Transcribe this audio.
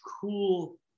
cool